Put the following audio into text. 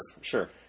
sure